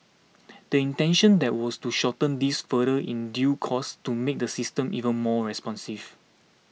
the intention then was to shorten this further in due course to make the system even more responsive